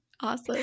Awesome